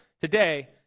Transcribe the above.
today